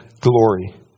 glory